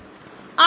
x d യുടെ d dt